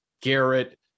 Garrett